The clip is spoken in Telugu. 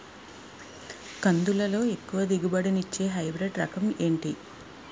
కందుల లో ఎక్కువ దిగుబడి ని ఇచ్చే హైబ్రిడ్ రకం ఏంటి?